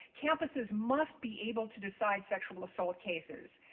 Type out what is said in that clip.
campuses must be able to decide sexual assault cases.